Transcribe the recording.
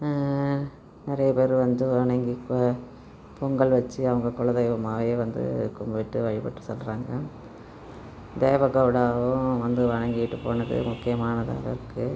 நிறையப் பேரு வந்து வணங்கி வ பொங்கல் வச்சு அவங்கள் குலதெய்வமாகவே வந்து கும்பிட்டு வழிபட்டுச் செல்றாங்கள் தேவகௌடாவும் வந்து வணங்கிட்டு போனது முக்கியமானதாகவுருக்கு